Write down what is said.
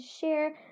share